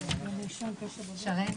הישיבה ננעלה בשעה